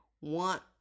want